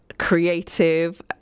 Creative